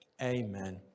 Amen